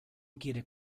requiere